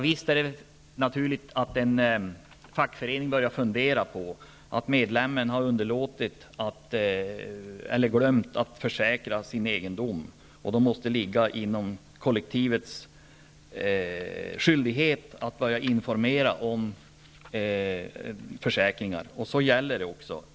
Visst är det då naturligt att fackföreningen börjar fundera på detta att medlemmen har underlåtit eller glömt att försäkra sin egendom. Då måste det ligga inom kollektivets skyldighet att börja informera om försäkringar. Så sker också.